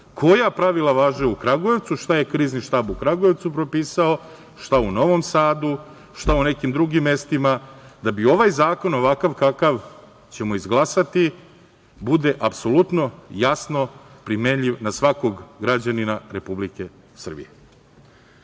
koja pravila važe u Kragujevcu, šta je Krizni štab u Kragujevcu propisao, šta u Novom Sadu, šta u nekim drugim mestima da bi ovaj zakon ovakav kakav ćemo izglasati bude apsolutno jasno primenjiv na svakog građanina Republike Srbije. Kažem,